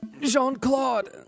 Jean-Claude